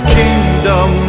kingdom